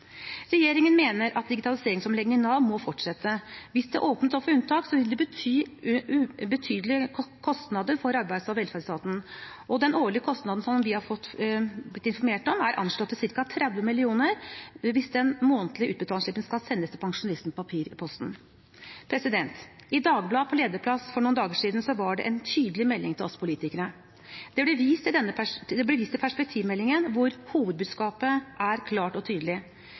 Regjeringen mener at digitaliseringsomleggingen i Nav må fortsette. Hvis det åpnes opp for unntak, vil det bety betydelige kostnader for Arbeids- og velferdsetaten. Den årlige kostnaden som vi er blitt informert om, er anslått til ca. 30 mill. kr hvis den månedlige utbetalingsslippen skal sendes pensjonistene på papir i posten. I Dagbladet på lederplass for noen dager siden var det en tydelig melding til oss politikere. Det ble vist til Perspektivmeldingen, hvor hovedbudskapet er klart og tydelig: Fortsetter vi som i dag, vil offentlige utgifter øke raskere enn inntektene innen 2030. Lederen uttrykte forundring over hvor